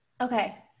Okay